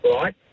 right